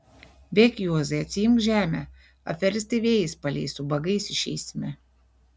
bėk juozai atsiimk žemę aferistai vėjais paleis ubagais išeisime